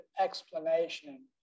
explanation